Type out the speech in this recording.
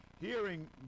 hearing